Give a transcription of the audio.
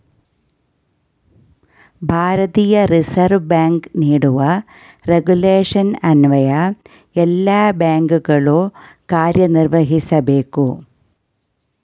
ಭಾರತೀಯ reserve bank ನೀಡುವ regulation ಅನ್ವಯ ಎಲ್ಲ ಬ್ಯಾಂಕುಗಳು ಕಾರ್ಯನಿರ್ವಹಿಸಬೇಕು